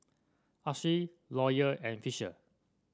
Alys Lawyer and Fisher